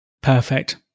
Perfect